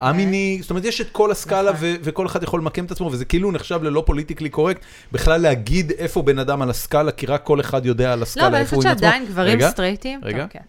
א-מיני, זאת אומרת, יש את כל הסקאלה, וכל אחד יכול למקם את עצמו, וזה כאילו נחשב ללא פוליטיקלי קורקט בכלל להגיד איפה בן אדם על הסקאלה, כי רק כל אחד יודע על הסקאלה איפה הוא נמצא. לא, אבל אני חושבת שעדיין גברים סטרייטים, רגע, רגע.